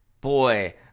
boy